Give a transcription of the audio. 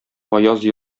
аяз